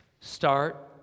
start